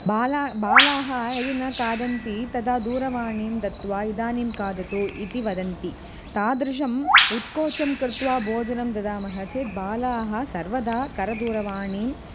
बाला बालाः यदि न खादन्ति तदा दूरवाणीं दत्त्वा इदानीं खादतु इति वदन्ति तादृशम् उत्कोचं कृत्वा भोजनं ददामः चेत् बालाः सर्वदा करदूरवाणीम्